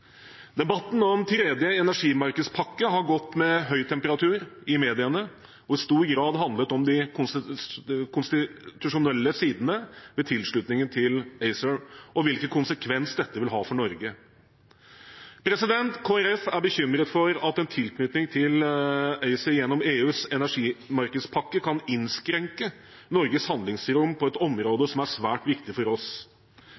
Debatten om tredje energimarkedspakke har gått med høy temperatur i mediene og i stor grad handlet om de konstitusjonelle sidene ved tilslutningen til ACER og hvilken konsekvens dette vil ha for Norge. Kristelig Folkeparti er bekymret for at en tilknytning til ACER gjennom EUs energimarkedspakke kan innskrenke Norges handlingsrom på et